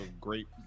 great